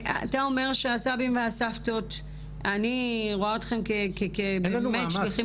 אני רואה את הסבים והסבתות באמת כשליחים